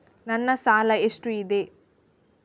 ನನ್ನ ಸಾಲ ಎಷ್ಟು ಇದೆ?